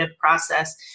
process